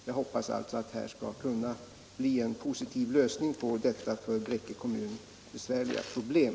Jag hoppas alltså att det skall kunna bli en positiv lösning på detta för Bräcke kommun besvärliga problem.